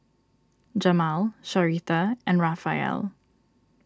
Jamal Sharita and Raphael